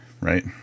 right